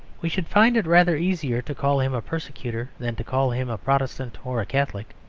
we should find it rather easier to call him a persecutor than to call him a protestant or a catholic.